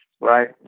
right